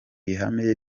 ihame